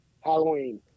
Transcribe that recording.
Halloween